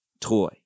toy